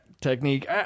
technique